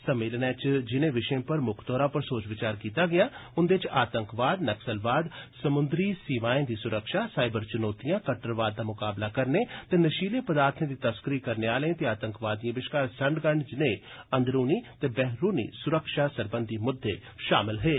सम्मेलनै च जिनें विषयें पर मुक्ख तौरा पर पर सोच विचार कीता गेआ उंदे च आतंकवाद नक्सलवाद समुद्री सीमाएं दी सुरक्षा साइबर चुनौतियां कट्टरवाद दा मुकाबला करने ते नशीले पदार्थें दी तस्करी करने आले ते आतंकवादिएं बश्कार संडगंड जनेए अंदरूनी ते बैहरूनी सुरक्षा सरबंधी मुददे शामल हे